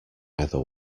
either